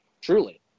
truly